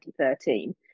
2013